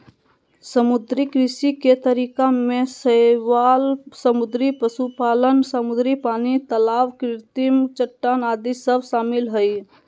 समुद्री कृषि के तरीका में शैवाल समुद्री पशुपालन, समुद्री पानी, तलाब कृत्रिम चट्टान आदि सब शामिल हइ